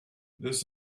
this